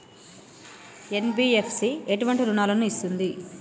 NBFC ఎటువంటి రుణాలను ఇస్తుంది?